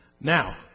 Now